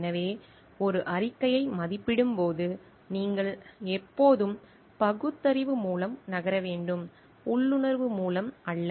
எனவே ஒரு அறிக்கையை மதிப்பிடும்போது நீங்கள் எப்போதும் பகுத்தறிவு மூலம் நகர வேண்டும் உள்ளுணர்வு மூலம் அல்ல